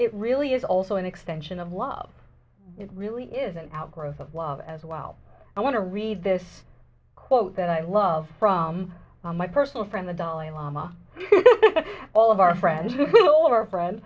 it really is also an extension of love it really is an outgrowth of love as well i want to read this quote that i love from my personal friend the dalai lama all of our friends a